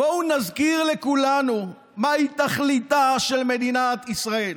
בואו נזכיר לכולנו מהי תכליתה של מדינת ישראל,